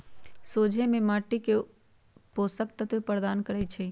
सोझें माटी में उर्वरक माटी के पोषक तत्व प्रदान करै छइ